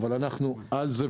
אבל אנחנו על זה,